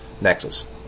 nexus